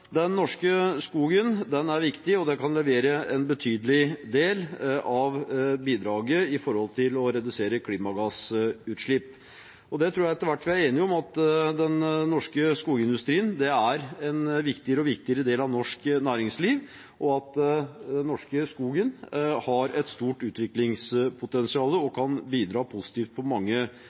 den norske skogen er viktig, og den kan levere en betydelig del av bidraget til å redusere klimagassutslipp. Jeg tror vi etter hvert er enige om at den norske skogindustrien er en viktigere og viktigere del av norsk næringsliv, og at den norske skogen har et stort utviklingspotensial og kan bidra positivt på mange